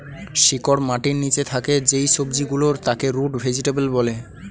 শিকড় মাটির নিচে থাকে যেই সবজি গুলোর তাকে রুট ভেজিটেবল বলে